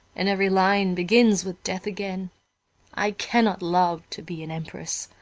and every line begins with death again i cannot love, to be an emperess.